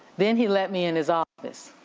then he let me in his office,